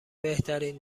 بهترین